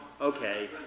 okay